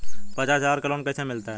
पचास हज़ार का लोन कैसे मिलता है?